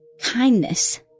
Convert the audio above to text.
kindness